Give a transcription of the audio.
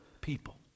people